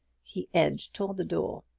he edged toward the door.